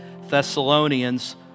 Thessalonians